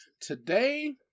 Today